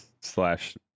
slash